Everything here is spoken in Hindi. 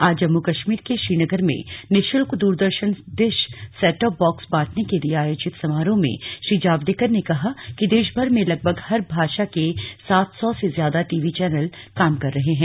आज जम्मू कश्मीर के श्रीनगर में निशुल्क द्रदर्शन डिश सेटटॉप बॉक्स बांटने के लिए आयोजित समारोह में श्री जावडेकर ने कहा कि देशभर में लगभग हर भाषा के सात सौ से ज्यादा टीवी चैनल काम कर रहे हैं